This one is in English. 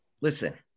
Listen